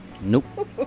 Nope